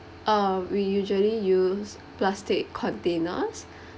uh we usually use plastic containers